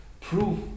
prove